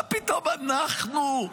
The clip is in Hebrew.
מה פתאום אנחנו?